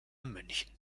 münchen